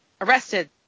arrested